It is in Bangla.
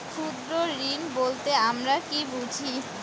ক্ষুদ্র ঋণ বলতে আমরা কি বুঝি?